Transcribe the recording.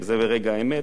וזה רגע האמת,